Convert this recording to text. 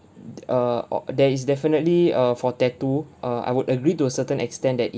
d~ err uh there is definitely a for tattoo err I would agree to a certain extent that it